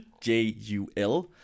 J-U-L